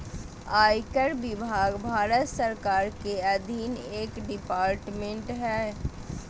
आयकर विभाग भारत सरकार के अधीन एक डिपार्टमेंट हय